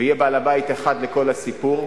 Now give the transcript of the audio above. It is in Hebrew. ויהיה בעל-בית אחד לכל הסיפור.